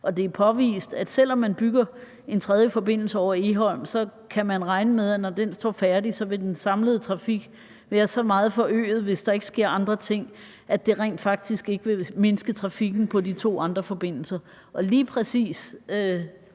og det er påvist, at man, selv om man bygger en tredje forbindelse over Egholm, kan regne med, at den samlede trafik, når den står færdig, vil være så meget forøget, hvis der ikke sker andre ting, at det rent faktisk ikke vil mindske trafikken på de to andre forbindelser. Og lige præcis